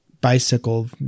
bicycle